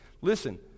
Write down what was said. listen